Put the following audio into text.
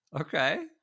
Okay